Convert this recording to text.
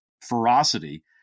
ferocity